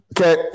Okay